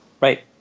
right